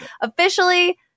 officially